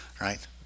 right